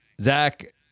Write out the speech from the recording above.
Zach